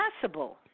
possible